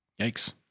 Yikes